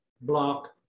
block